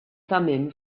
thummim